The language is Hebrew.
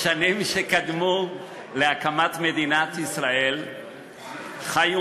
בשנים שקדמו להקמת מדינת ישראל חיו